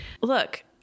Look